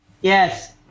Yes